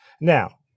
Now